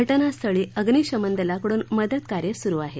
घटनास्थळावर अग्निशमन दलाकडून मदतकार्य सुरु आहे